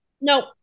Nope